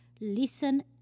listen